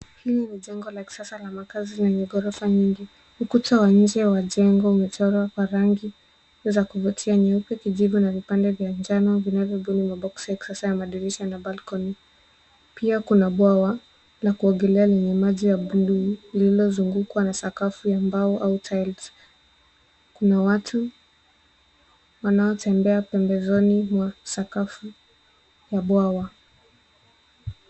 Huu ni muundo wa makazi yenye ghorofa nyingi. Kuta za majengo yamechorwa kwa rangi zinazovutia, zikijumuisha nyekundu, bluu, na manjano, na pia vina mapambo madogo. Kuna madirisha na balcony zinazoangazia nje. Sakafu ni ya mbao au tiles. Watu wanaonekana wakikaa au wakitembea kwenye sakafu ya majengo hayo, wakionyesha shughuli za kila siku